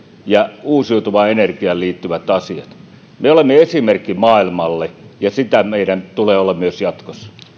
ja uusiutuvaan energiaan liittyvät asiat me olemme esimerkki maailmalle ja sitä meidän tulee olla myös jatkossa